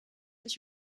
dich